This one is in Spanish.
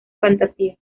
fantasía